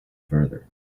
further